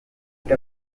with